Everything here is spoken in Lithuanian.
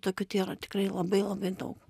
tokių tėra tikrai labai labai daug